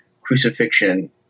crucifixion